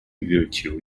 virtue